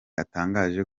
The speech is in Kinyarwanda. atangaje